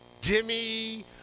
Jimmy